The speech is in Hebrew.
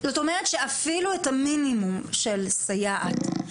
זאת אומרת שאפילו את המינימום של סייעת,